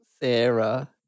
sarah